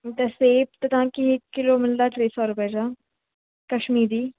त सेब त तव्हांखे हिकु किलो मिलंदा टे सौ रुपए जा कश्मीरी